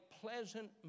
pleasant